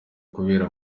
kubera